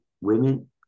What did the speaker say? women